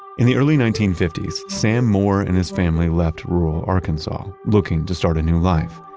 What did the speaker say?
in the early nineteen fifty s, sam moore and his family left rural arkansas, looking to start a new life.